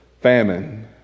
famine